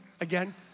again